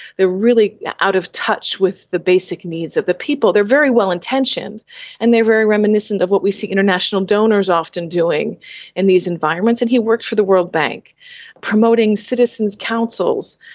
they are really out of touch with the basic needs of the people. they are very well intentioned and they are very reminiscent of what we see international donors often doing in these environments, and he worked for the world bank promoting citizens' councils,